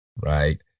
right